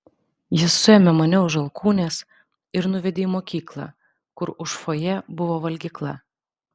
jis suėmė mane už alkūnės ir nuvedė į mokyklą kur už fojė buvo valgykla